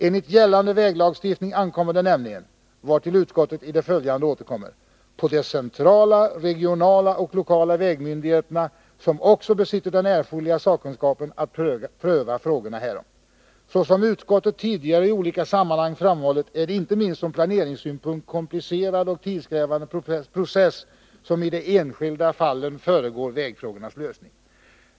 Enligt gällande väglagstiftning ankommer det nämligen — vartill utskottet i det följande återkommer — på de centrala, regionala och lokala vägmyndigheterna, som också besitter den erforderliga sakkunskapen, att pröva frågorna härom. Såsom utskottet tidigare i olika sammanhang framhållit är det en inte minst från planeringssynpunkt komplicerad och tidskrävande process som i de enskilda fallen föregår vägfrågornas lösning.